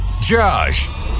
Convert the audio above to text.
Josh